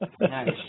Nice